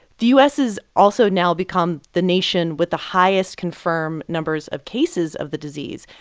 the u s. is also now become the nation with the highest confirmed numbers of cases of the disease.